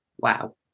wow